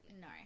No